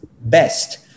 best